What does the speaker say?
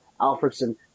Alfredson